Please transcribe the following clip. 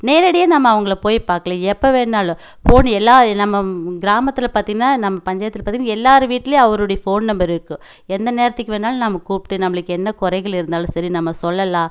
நேரடியாக நம்ம அவங்களை போய் பார்க்கலாம் எப்போ வேணுனாலும் போன் எல்லாம் நம்ம கிராமத்தில் பார்த்தீங்கன்னா நம்ம பஞ்சாயத்தில் பார்த்தீங்கன்னா எல்லார் வீட்டிலையும் அவருடைய ஃபோன் நம்பர் இருக்கும் எந்த நேரத்துக்கு வேணுனாலும் நம்ம கூப்பிட்டு நம்மளுக்கு என்ன குறைகள் இருந்தாலும் சரி நம்ம சொல்லலாம்